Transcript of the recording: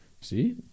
See